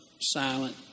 silent